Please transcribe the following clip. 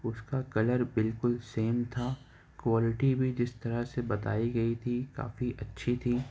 اس کا کلر بالکل سیم تھا کوالٹی بھی جس طرح سے بتائی گئی تھی کافی اچھی تھی